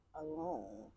alone